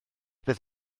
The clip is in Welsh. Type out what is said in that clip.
beth